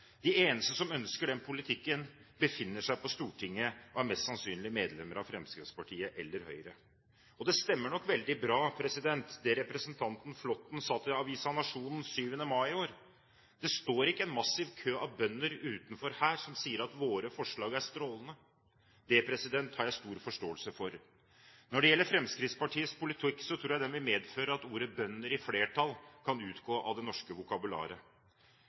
én eneste stemme. De eneste som ønsker den politikken, befinner seg på Stortinget og er mest sannsynlig medlemmer av Fremskrittspartiet eller Høyre. Det stemmer nok veldig bra, det representanten Flåtten sa til avisen Nationen 7. mai i år: «Det står ikke en massiv kø av bønder utenfor her som sier at våre forslag er strålende.» Det har jeg stor forståelse for. Når det gjelder Fremskrittspartiets politikk, tror jeg den vil medføre at ordet «bønder» i flertall kan utgå av det norske vokabularet.